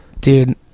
Dude